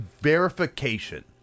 verification